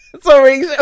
sorry